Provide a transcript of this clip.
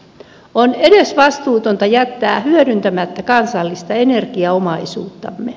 on edesvastuutonta jättää hyödyntämättä kansallista energiaomaisuuttamme